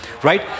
Right